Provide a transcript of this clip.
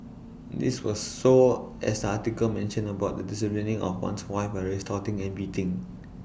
this was so as article mentioned about the disciplining of one's wife by resorting and beating